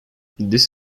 this